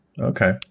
okay